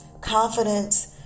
confidence